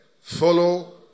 follow